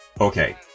okay